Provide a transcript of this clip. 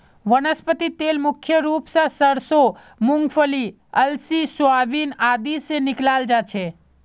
वनस्पति तेल मुख्य रूप स सरसों मूंगफली अलसी सोयाबीन आदि से निकालाल जा छे